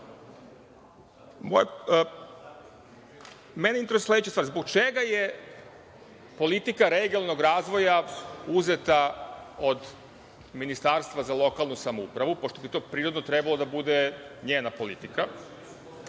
interesuje sledeća stvar, zbog čega je politika regionalnog razvoja uzeta od Ministarstva za lokalnu samoupravu, pošto bi to prirodno trebalo da bude njena politika,